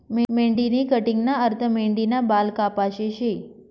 मेंढीनी कटिंगना अर्थ मेंढीना बाल कापाशे शे